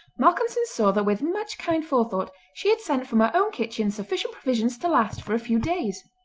malcolmson saw that with much kind forethought she had sent from her own kitchen sufficient provisions to last for a few days.